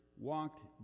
walked